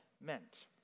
meant